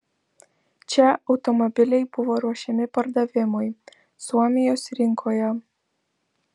čia automobiliai buvo ruošiami pardavimui suomijos rinkoje